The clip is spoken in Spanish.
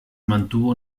mantuvo